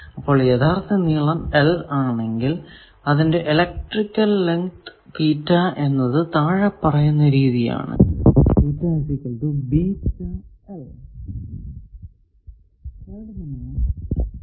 അപ്പോൾ യഥാർത്ഥ നീളം l ആണെങ്കിൽ അതിന്റെ ഇലെക്ട്രിക്കൽ ലെങ്ത് തീറ്റ എന്നത് താഴെ പറയുന്ന രീതിയിൽ ആണ്